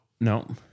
No